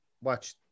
watch